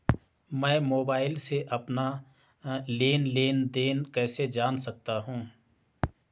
मैं मोबाइल से अपना लेन लेन देन कैसे जान सकता हूँ?